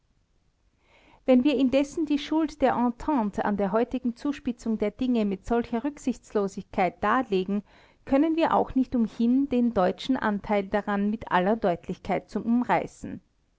wenn wir indessen die schuld der entente an der heutigen zuspitzung der dinge mit solcher rücksichtslosigkeit darlegen können wir auch nicht umhin den deutschen anteil daran mit aller deutlichkeit zu umreißen